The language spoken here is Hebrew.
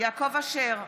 יעקב אשר,